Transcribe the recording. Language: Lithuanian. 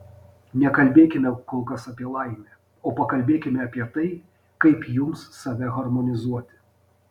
nekalbėkime kol kas apie laimę o pakalbėkime apie tai kaip jums save harmonizuoti